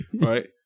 right